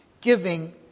giving